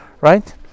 right